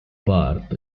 part